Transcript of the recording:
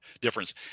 difference